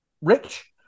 rich